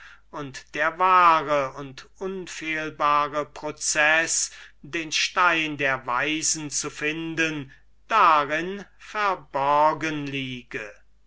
und der wahre und unfehlbare prozeß den stein der weisen zu finden darin verborgen liege